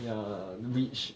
ya which